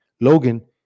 Logan